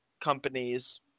companies